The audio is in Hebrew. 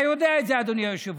אתה יודע את זה, אדוני היושב-ראש.